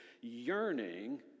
Yearning